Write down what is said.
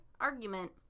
argument